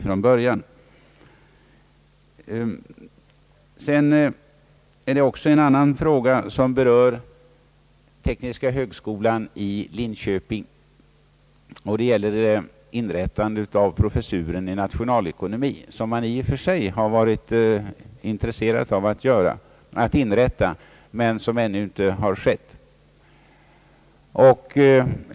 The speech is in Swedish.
Det är också en annan fråga som berör tekniska högskolan i Linköping, nämligen inrättandet av professuren i nationalekonomi. Man har i och för sig varit intresserad av att inrätta denna tjänst, men det har ännu inte skett.